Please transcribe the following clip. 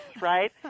right